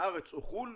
ארץ או חו"ל,